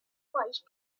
mice